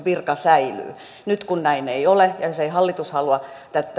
virka säilyy nyt kun näin ei ole ja jos ei hallitus halua tätä